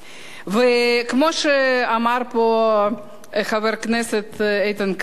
וכמו שאמר פה חבר כנסת איתן כבל,